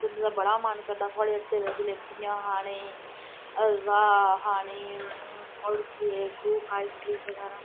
बदें दा मेरा ते बड़ा मन करदा थोआढ़ी हट्टी दा जलेबियां खाने ई हलवा खाने ई होर केक कुक आइसक्रीम बगैरा